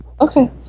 Okay